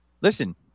listen